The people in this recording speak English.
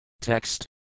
Text